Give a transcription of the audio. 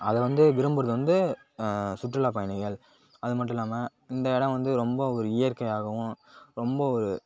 அத வந்து விரும்புகிறது வந்து சுற்றுலாப் பயணிகள் அது மட்டும் இல்லாமல் இந்த இடோம் வந்து ரொம்ப ஒரு இயற்கையாகவும் ரொம்ப ஒரு